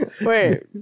Wait